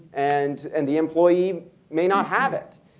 and and the employee may not have it.